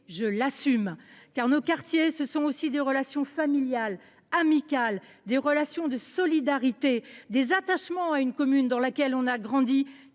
je l’assume ! Car nos quartiers, ce sont aussi des relations familiales, amicales, des relations de solidarité, des attachements à une commune dans laquelle on a grandi